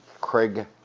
Craig